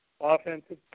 offensive